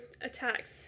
attacks